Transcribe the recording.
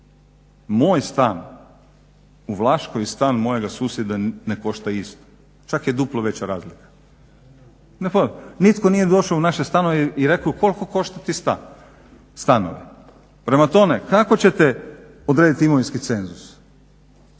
Moj stan u Vlaškoj i stan mojega susjeda ne košta isto, čak je duplo veća razlika. Nitko nije došao u naše stanove i rekao koliko košta ti stanovi. Prema tome, kako ćete odrediti imovinski cenzus?